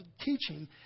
teaching